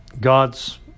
God's